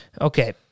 Okay